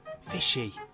fishy